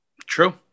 True